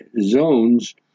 zones